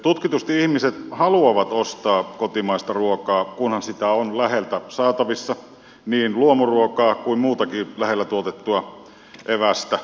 tutkitusti ihmiset haluavat ostaa kotimaista ruokaa kunhan sitä on läheltä saatavissa niin luomuruokaa kuin muutakin lähellä tuotettua evästä